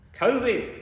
COVID